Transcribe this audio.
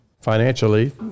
financially